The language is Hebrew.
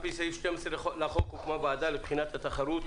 על-פי סעיף 12 לחוק הוקמה ועדה לבחינת התחרות,